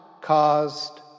caused